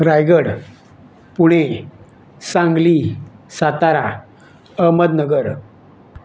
Raigad Pune Sangli Satara Ahmednagar